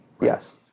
Yes